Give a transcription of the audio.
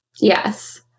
Yes